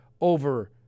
over